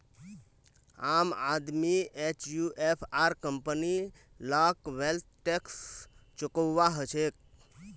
आम आदमी एचयूएफ आर कंपनी लाक वैल्थ टैक्स चुकौव्वा हछेक